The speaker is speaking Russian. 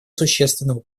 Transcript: существенного